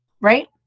right